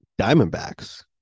Diamondbacks